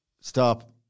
Stop